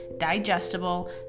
digestible